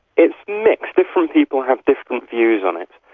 it's mixed. different people have different views on it.